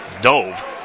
dove